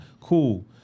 cool